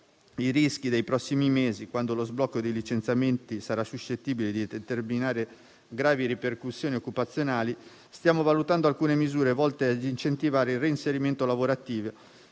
i rischi dei prossimi mesi, quando lo sblocco dei licenziamenti sarà suscettibile di determinare gravi ripercussioni occupazionali, stiamo valutando alcune misure volte ad incentivare il reinserimento lavorativo